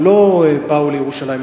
הם לא באו לירושלים,